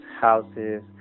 houses